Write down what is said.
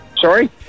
Sorry